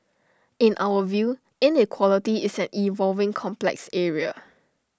in our view inequality is an evolving complex area